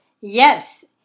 yes